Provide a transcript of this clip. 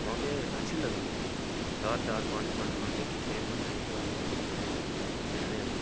क्यों के अच्छी लगदी चार चार पंज पंज बंदे म्ह्ल्लै कट्ठे होइयै इसी खेढदे न